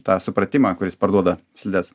tą supratimą kuris parduoda slides